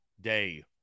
day